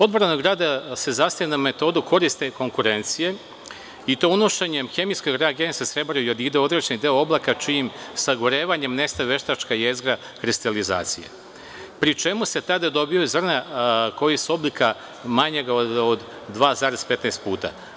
Odbrana od grada se zasniva na metodi koristi i konkurencije i to unošenjem hemijske reagense srebra i adida, ide određen broj oblaka čijim sagorevanjem nestaju veštačka jezgra restalizacije, pri čemu se tada dobijaju zrna koji su oblika manjega od 2,15 puta.